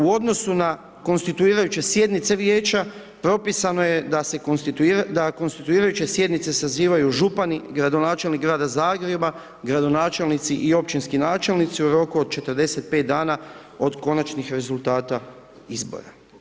U odnosu na konstituirajuće sjednice vijeća propisano je da konstituirajuće sjednice sazivaju župani, gradonačelnik Grada Zagreba, gradonačelnici i općinski načelnici u roku od 45 dana od konačnih rezultata izbora.